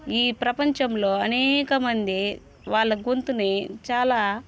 ఈ ప్రపంచంలో అనేకమంది వాళ్ల గొంతుని చాలా